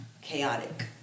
chaotic